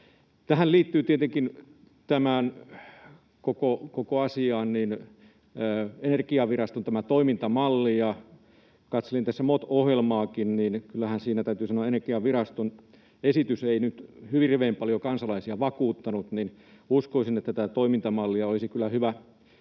asiaan liittyy tietenkin tämä Energiaviraston toimintamalli. Katselin tässä MOT-ohjelmaakin, ja kyllä täytyy sanoa, että Energiaviraston esitys ei nyt hirveän paljon kansalaisia vakuuttanut, joten uskoisin, että tätä toimintamallia ja laskentamallia